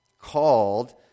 called